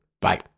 Bye